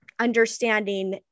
understanding